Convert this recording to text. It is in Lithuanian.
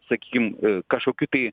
sakykim kažkokių tai